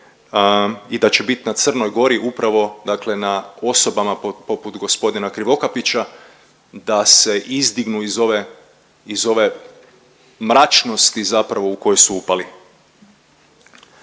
i da će bit na Crnoj Gori upravo, dakle na osobama poput gospodina Krivokapića da se izdignu iz ove mračnosti zapravo u koju su upali.